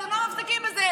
אתם לא מפסיקים בזה,